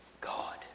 God